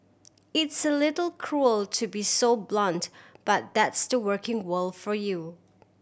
it's a little cruel to be so blunt but that's the working world for you